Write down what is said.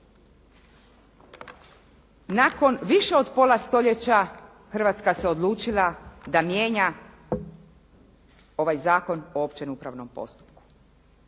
Nakon više od pola stoljeća Hrvatska se odlučila da mijenja ovaj Zakon o općem upravnom postupku.